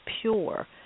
pure